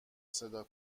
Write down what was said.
صدا